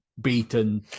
beaten